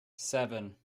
seven